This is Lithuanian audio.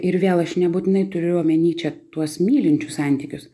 ir vėl aš nebūtinai turiu omeny čia tuos mylinčius santykius